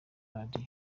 radio